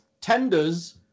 tenders